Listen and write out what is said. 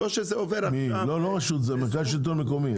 לא רשות, זה מרכז שלטון מקומי.